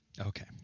Okay